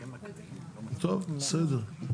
טוב, בסדר.